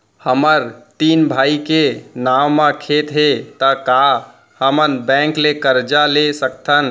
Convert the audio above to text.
हमर तीन भाई के नाव म खेत हे त का हमन बैंक ले करजा ले सकथन?